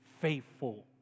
faithful